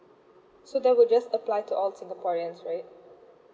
so that would just apply to all singaporeans right